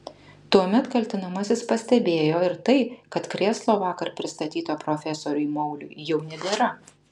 tuomet kaltinamasis pastebėjo ir tai kad krėslo vakar pristatyto profesoriui mauliui jau nebėra